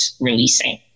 releasing